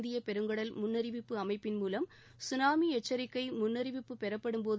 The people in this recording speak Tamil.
இந்திய பெருங்கடல் முன்னறிவிப்பு அமைப்பின் மூலம் சுனாமி எச்சிக்கை முன்னறிவிப்பு பெறப்படும்போது